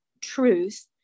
truth